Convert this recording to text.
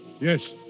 Yes